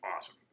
awesome